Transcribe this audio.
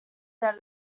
that